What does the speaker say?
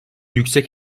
yüksek